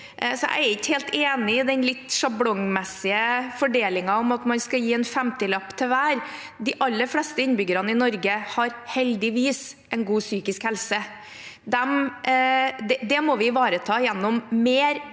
jeg er ikke helt enig i den litt sjablongmessige fordelingen – at man skal gi en 50-lapp til hver. De aller fleste innbyggerne i Norge har heldigvis god psykisk helse. Det må vi ivareta gjennom mer